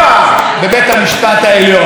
למרות כל הדיבור הזה שהינה,